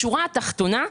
בשורה התחתונה,